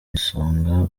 isonga